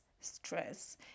stress